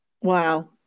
Wow